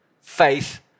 Faith